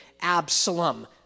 Absalom